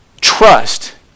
trust